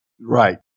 Right